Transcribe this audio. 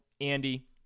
Andy